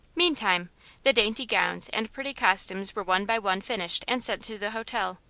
meantime the dainty gowns and pretty costumes were one by one finished and sent to the hotel,